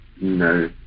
No